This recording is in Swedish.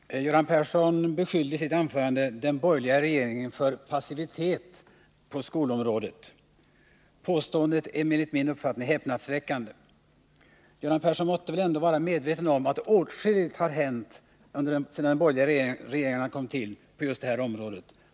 Herr talman! Göran Persson beskyllde i sitt anförande den borgerliga regeringen för passivitet på skolområdet. Påståendet är enligt min uppfattning häpnadsväckande. Göran Persson måtte väl ändå vara medveten om att åtskilligt har hänt på detta område sedan de borgerliga regeringarna kom till.